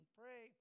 pray